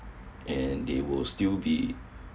and they would still be